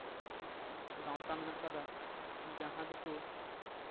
ᱜᱟᱶᱛᱟ ᱢᱮᱱᱟᱜ ᱠᱟᱫᱟ ᱡᱟᱦᱟᱸ ᱫᱚᱠᱚ